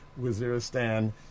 Waziristan